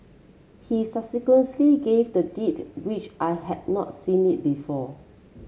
he gave the deed which I had not seen it before